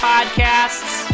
Podcasts